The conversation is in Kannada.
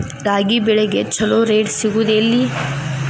ರಾಗಿ ಬೆಳೆಗೆ ಛಲೋ ರೇಟ್ ಸಿಗುದ ಎಲ್ಲಿ?